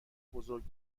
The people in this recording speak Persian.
بزرگ